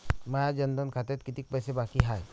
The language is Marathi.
माया जनधन खात्यात कितीक पैसे बाकी हाय?